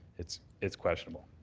it's it's questionable.